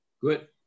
Good